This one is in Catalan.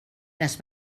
les